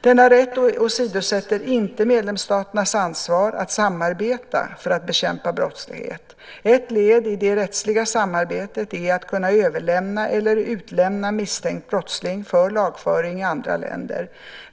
Denna rätt åsidosätter inte medlemsstaternas ansvar att samarbeta för att bekämpa brottslighet. Ett led i detta rättsliga samarbete är att kunna överlämna eller utlämna misstänkt brottsling för lagföring i andra länder.